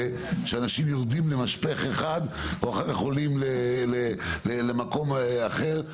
כאשר אנשים יורדים למשפך אחד ואחר כך עולים למקום אחר.